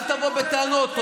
אל תבוא בטענות.